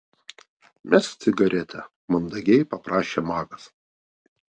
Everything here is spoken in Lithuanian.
mesk cigaretę mandagiai paprašė magas